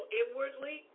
inwardly